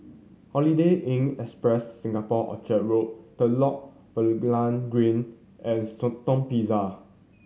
Holiday Inn Express Singapore Orchard Road Telok Blangah Green and Shenton Plaza